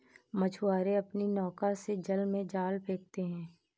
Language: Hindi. मछुआरे अपनी नौका से जल में जाल फेंकते हैं